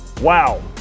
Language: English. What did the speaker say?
Wow